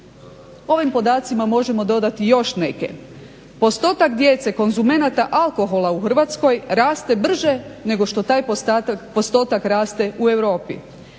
Ovim podacima možemo dodati i još neke. Postotak djece konzumenata alkohola u Hrvatskoj raste brže nego što taj postotak raste u Europi.